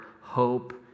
hope